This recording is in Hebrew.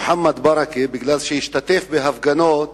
מוחמד ברכה, בגלל שהשתתף בהפגנות,